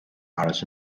áras